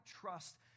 trust